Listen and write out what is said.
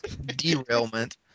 Derailment